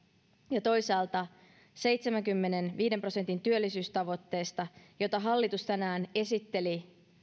ja toisaalta seitsemänkymmenenviiden prosentin työllisyystavoitteesta jota hallitus tänään esitteli